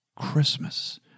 Christmas